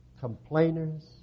complainers